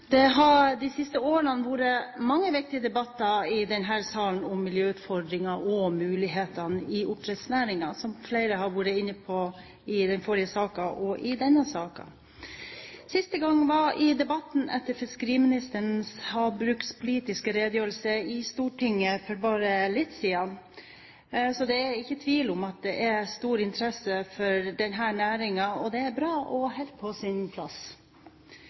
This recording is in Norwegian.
Det har de siste årene vært mange viktige debatter i denne salen om miljøutfordringene og mulighetene i oppdrettsnæringen, som flere har vært inne på i den forrige saken og i denne saken. Sist gang var debatten etter fiskeriministerens havbrukspolitiske redegjørelse i Stortinget for bare litt siden. Så det er ikke tvil om at det er stor interesse for denne næringen, og det er bra og helt på sin plass.